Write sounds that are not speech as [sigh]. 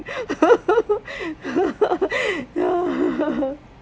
[laughs]